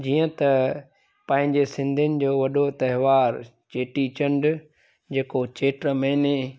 जीअं त पंहिंजे सिंधियुनि जो वॾो त्योहार चेटी चंडु जेको चेट महीने